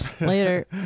Later